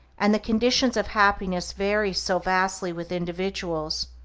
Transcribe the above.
and the conditions of happiness vary so, vastly with individuals,